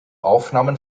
aufnahmen